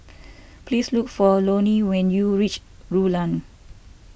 please look for Loney when you reach Rulang